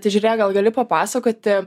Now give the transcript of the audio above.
tai žiūrėk gal gali papasakoti